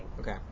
Okay